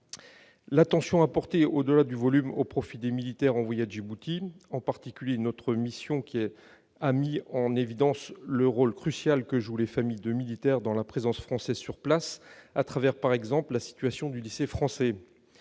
l'attention à porter, au-delà du volume, au profil des militaires envoyés à Djibouti. Notre mission a mis en évidence le rôle crucial que jouent les familles de militaires dans la présence française sur place, à travers par exemple la situation du lycée français.